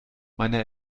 meine